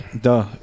Duh